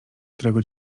którego